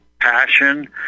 passion